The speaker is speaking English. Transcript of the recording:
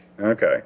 Okay